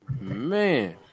Man